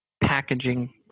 packaging